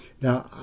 Now